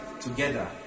together